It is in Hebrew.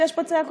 כי יש פה צעקות.